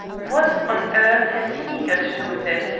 what on earth has he got to do with it,